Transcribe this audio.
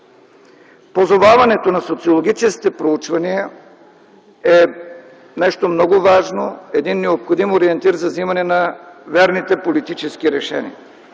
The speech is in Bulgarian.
Позоваването на социологическите проучвания е нещо много важно, необходим ориентир за вземането на верните политически решения.